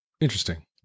Interesting